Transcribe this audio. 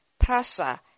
PRASA